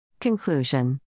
Conclusion